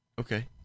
Okay